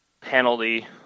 penalty